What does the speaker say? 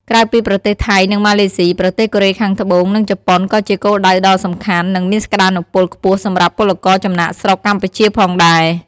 ក្រៅពីប្រទេសថៃ និងម៉ាឡេស៊ី ប្រទេសកូរ៉េខាងត្បូង និងជប៉ុនក៏ជាគោលដៅដ៏សំខាន់ និងមានសក្ដានុពលខ្ពស់សម្រាប់ពលករចំណាកស្រុកកម្ពុជាផងដែរ ។